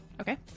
Okay